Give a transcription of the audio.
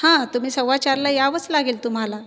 हा तुम्ही सव्वाचारला यावंच लागेल तुम्हाला